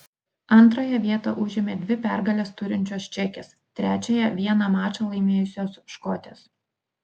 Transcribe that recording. antrąją vietą užėmė dvi pergales turinčios čekės trečiąją vieną mačą laimėjusios škotės